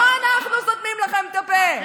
לא אנחנו סותמים לכם את הפה,